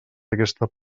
aquesta